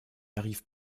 arrive